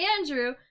Andrew